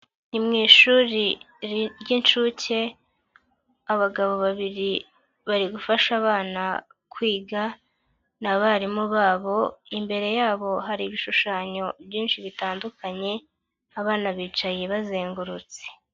Ni mu ishuri ry'inshuke, abagabo babiri bari gufasha abana kwiga ni abarimu babo, imbere yabo hari ibishushanyo byinshi bitandukanye, abana bicaye bazengurutse.